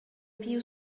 few